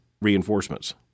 reinforcements